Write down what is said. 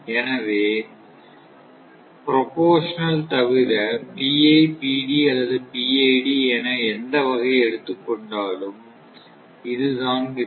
எனவே ப்ரபோர்சனல் தவிர PI PD அல்லது PID என எந்த வகையை எடுத்துக்கொண்டாலும் இது தான் இருக்கும்